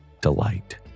delight